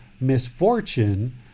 misfortune